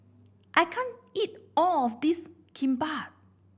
I can't eat all of this Kimbap